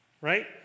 Right